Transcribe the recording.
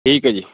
ਠੀਕ ਹੈ ਜੀ